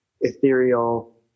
ethereal